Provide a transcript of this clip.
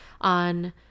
on